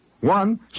One